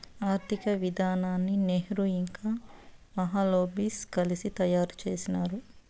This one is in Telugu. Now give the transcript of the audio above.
ఆర్థిక విధానాన్ని నెహ్రూ ఇంకా మహాలనోబిస్ కలిసి తయారు చేసినారు